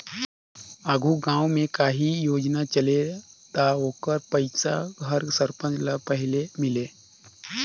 आघु गाँव में काहीं योजना चले ता ओकर पइसा हर सरपंच ल पहिले मिले